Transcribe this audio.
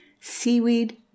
seaweed